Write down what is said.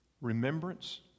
Remembrance